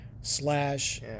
slash